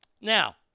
Now